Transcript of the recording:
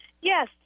Yes